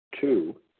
Two